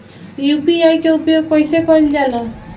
UPI के उपयोग कइसे कइल जाला?